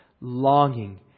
Longing